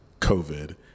COVID